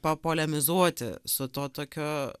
papolemizuoti su tuo tokiu